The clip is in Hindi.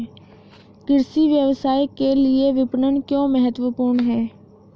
कृषि व्यवसाय के लिए विपणन क्यों महत्वपूर्ण है?